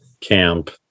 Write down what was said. camp